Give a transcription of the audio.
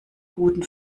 guten